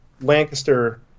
Lancaster